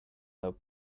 have